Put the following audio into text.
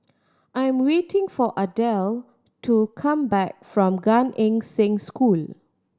I'm waiting for Ardell to come back from Gan Eng Seng School